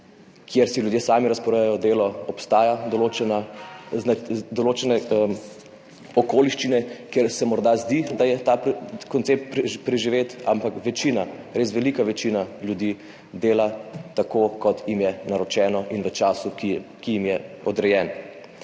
kjer si ljudje sami razporejajo delo, obstajajo določene okoliščine, kjer se morda zdi, da je ta koncept preživet, ampak večina, res velika večina ljudi dela tako, kot jim je naročeno, in v času, ki jim je odrejen.